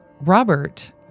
Robert